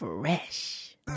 Fresh